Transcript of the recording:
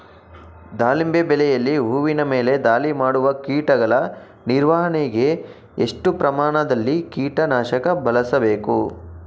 ದಾಳಿಂಬೆ ಬೆಳೆಯಲ್ಲಿ ಹೂವಿನ ಮೇಲೆ ದಾಳಿ ಮಾಡುವ ಕೀಟಗಳ ನಿರ್ವಹಣೆಗೆ, ಎಷ್ಟು ಪ್ರಮಾಣದಲ್ಲಿ ಕೀಟ ನಾಶಕ ಬಳಸಬೇಕು?